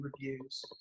Reviews